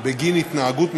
בגין התנהגות מסוימת,